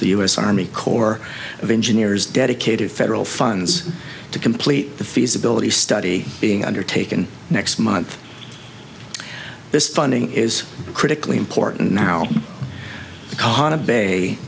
the u s army corps of engineers dedicated federal funds to complete the feasibility study being undertaken next month this funding is critically important now the